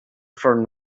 from